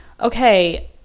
okay